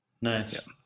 Nice